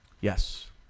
Yes